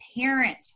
parent